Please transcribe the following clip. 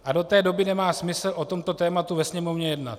A do té doby nemá smysl o tomto tématu ve Sněmovně jednat.